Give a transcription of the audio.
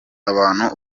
abantu